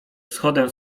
wschodem